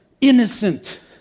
innocent